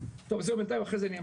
טוב זה בינתיים אחרי זה אני אמשיך.